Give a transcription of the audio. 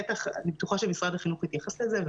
אני בטוחה שמשרד החינוך יתייחס לזה.